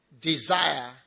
desire